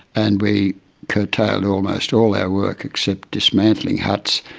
and we curtailed almost all our work except dismantling huts,